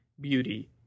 beauty